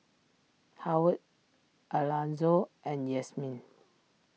Howard Alanzo and Yasmine